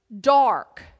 dark